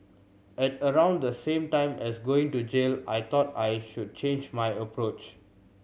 at around the same time as going to jail I thought I should change my approach